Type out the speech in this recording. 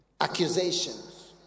Accusations